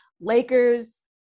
Lakers